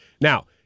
Now